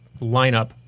lineup